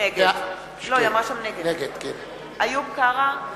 נגד איוב קרא,